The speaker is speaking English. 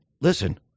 listen